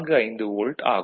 45 volt ஆகும்